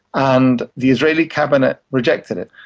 and the israeli cabinet rejected it.